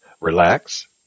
relax